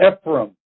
Ephraim